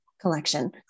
collection